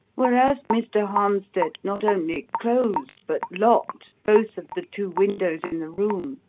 whereas mr. harmstead not only closed, but locked, both of the two windows in the room,